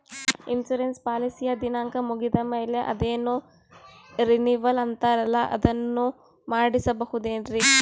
Insurance ಪಾಲಿಸಿಯ ದಿನಾಂಕ ಮುಗಿದ ಮೇಲೆ ಅದೇನೋ ರಿನೀವಲ್ ಅಂತಾರಲ್ಲ ಅದನ್ನು ಮಾಡಿಸಬಹುದೇನ್ರಿ?